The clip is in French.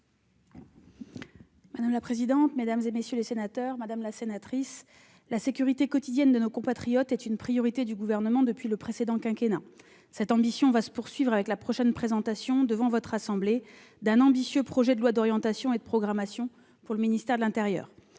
La parole est à Mme la secrétaire d'État. Madame la sénatrice, la sécurité quotidienne de nos compatriotes est une priorité du Gouvernement depuis le précédent quinquennat. Cette ambition va se poursuivre avec la prochaine présentation, devant votre assemblée, d'un ambitieux projet de loi d'orientation et de programmation du ministère de l'intérieur